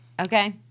Okay